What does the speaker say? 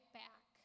back